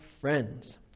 friends